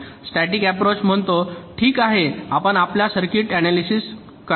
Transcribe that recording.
static approach म्हणतो ठीक आहे आपण आपल्या सर्किटचे ऍनालीसिस करा